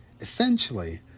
Essentially